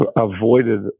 avoided